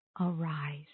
arise